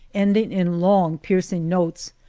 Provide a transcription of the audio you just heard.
ending in long, piercing notes,